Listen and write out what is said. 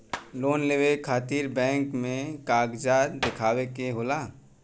Loan लेवे खातिर bank मे का कागजात दिखावे के होला?